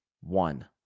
one